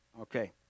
Okay